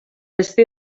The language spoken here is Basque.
ezti